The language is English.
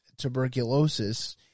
tuberculosis